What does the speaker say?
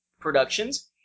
productions